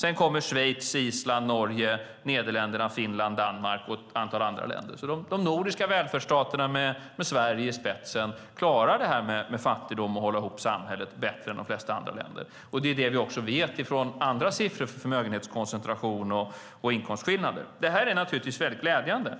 Sedan kommer Schweiz, Island, Norge, Nederländerna, Finland, Danmark och ett antal andra länder. De nordiska välfärdsstaterna, med Sverige i spetsen, klarar fattigdom och att hålla ihop samhället bättre än de flesta andra länder. Det är det vi också vet från andra siffror om förmögenhetskoncentration och inkomstskillnader. Det här är naturligtvis väldigt glädjande.